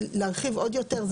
להרחיב עוד יותר,